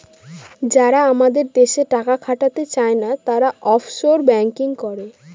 যারা আমাদের দেশে টাকা খাটাতে চায়না, তারা অফশোর ব্যাঙ্কিং করে